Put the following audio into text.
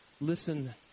listen